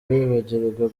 bibagirwa